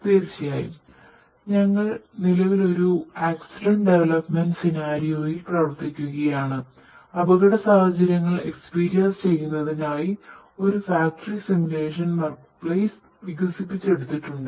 തീർച്ചയായും ഞങ്ങൾ നിലവിൽ ഒരു ആക്സിഡന്റ് ഡെവലപ്മെന്റ് സിനാരിയോയിൽ വികസിപ്പിച്ചെടുത്തിട്ടുണ്ട്